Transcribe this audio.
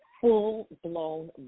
full-blown